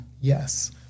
yes